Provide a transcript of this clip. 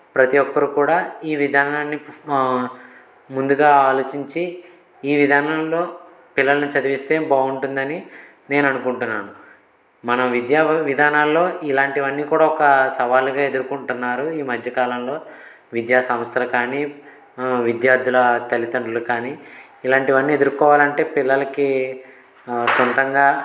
ప్రతి ఒక్కరు కూడా ఈ విధానాన్ని ముందుగా ఆలోచించి ఈ విధానంలో పిల్లల్ని చదివిస్తే బాగుంటుందని నేను అనుకుంటున్నాను మన విద్యా విధానాల్లో ఇలాంటివన్నీ కూడా ఒక సవాలుగా ఎదుర్కొంటున్నారు ఈ మధ్యకాలంలో విద్యాసంస్థల కానీ విద్యార్థుల తల్లిదండ్రులు కానీ ఇలాంటివన్నీ ఎదుర్కోవాలంటే పిల్లలకి సొంతంగా